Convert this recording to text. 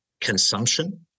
consumption